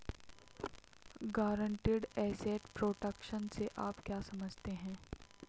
Guaranteed asset protection से आप क्या समझते हैं?